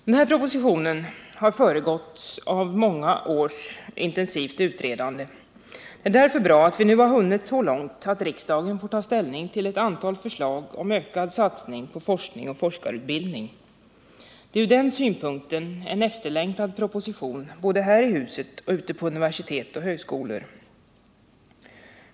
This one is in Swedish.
Den här propositionen har föregåtts av några års intensivt utredande. Det är därför bra att vi nu har hunnit så långt att riksdagen får ta ställning till ett antal förslag om ökad satsning på forskning och forskarutbildning. Det är ur den synpunkten en efterlängtad proposition både här i huset och ute på universitet och högskolor.